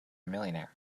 millionaire